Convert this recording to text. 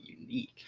unique